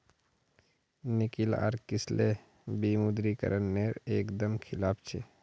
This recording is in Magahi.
निकिल आर किसलय विमुद्रीकरण नेर एक दम खिलाफ छे